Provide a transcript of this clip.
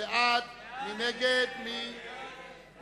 מי בעד, מי נגד, מי נמנע?